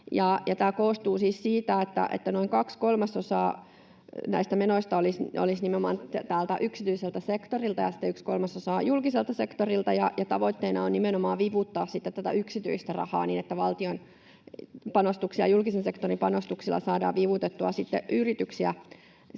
tämä koostuu siis siitä, että noin kaksi kolmasosaa näistä menoista olisi nimenomaan täältä yksityiseltä sektorilta ja sitten yksi kolmasosaa julkiselta sektorilta. Tavoitteena on nimenomaan vivuttaa tätä yksityistä rahaa niin, että valtion panostuksilla, julkisen sektorin panostuksilla, saadaan vivutettua sitten